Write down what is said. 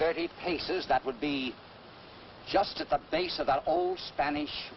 thirty paces that would be just at the base of that old spanish